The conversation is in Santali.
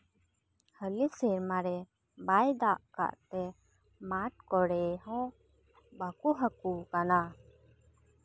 ᱦᱟᱹᱞᱤ ᱥᱮᱨᱢᱟ ᱨᱮ ᱵᱟᱭ ᱫᱟᱜ ᱟᱠᱟᱫ ᱛᱮ ᱢᱟᱴᱷ ᱠᱚᱨᱮ ᱦᱚᱸ ᱵᱟᱠᱚ ᱦᱟᱠᱩ ᱟᱠᱟᱱᱟ